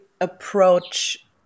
approach